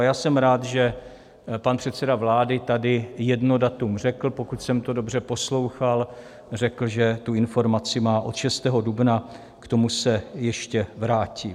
Já jsem rád, že pan předseda vlády tady jedno datum řekl, pokud jsem to dobře poslouchal, řekl, že tu informaci má od 6. dubna, k tomu se ještě vrátím.